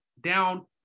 down